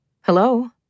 Hello